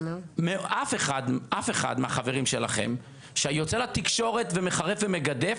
ואף אחד מהחברים שלכם שיוצא לתקשורת ומחרף ומגדף,